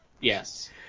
Yes